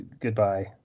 Goodbye